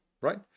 right